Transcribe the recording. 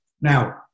now